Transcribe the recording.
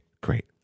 Great